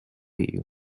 you